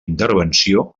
intervenció